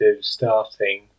starting